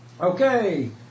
Okay